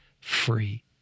free